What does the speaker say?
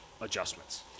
adjustments